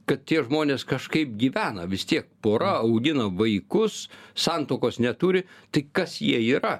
kad tie žmonės kažkaip gyvena vis tiek pora augina vaikus santuokos neturi tai kas jie yra